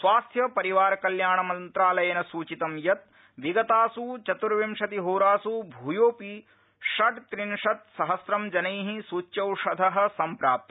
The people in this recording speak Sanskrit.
स्वास्थ्य परिवार कल्याण मन्त्रालयेन सूचितं यत् विगतास् चतुर्विंशतिहोरास् भूयोऽपि षड्रिंशत् सहस्रं जनैः सूच्यौषधः संप्राप्त